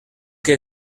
que